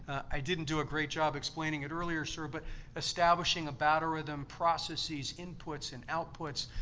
i didn't do a great job explaining it earlier, sir, but establishing a battle rhythm, processes, inputs and outputs,